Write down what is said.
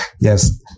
Yes